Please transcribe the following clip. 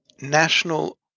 national